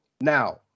Now